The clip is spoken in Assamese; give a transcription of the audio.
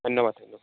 ধন্যবাদ